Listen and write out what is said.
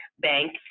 bank